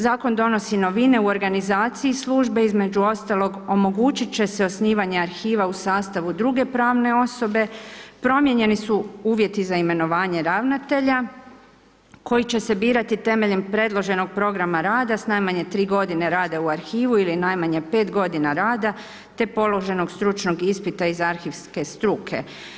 Zakon donosi novine u organizaciji službe, između ostalog omogućit će se osnivanje arhiva u sastavu druge pravne osobe, promijenjeni su uvjeti za imenovanja ravnatelja koji će se birati temeljem predloženog programa rada s najmanje tri godine rada u arhivu ili najmanje pet godina rada te položenog stručnog ispita iz arhivske struke.